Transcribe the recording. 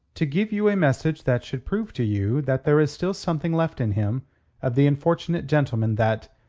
to give you a message that should prove to you that there is still something left in him of the unfortunate gentleman that.